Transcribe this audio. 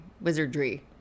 wizardry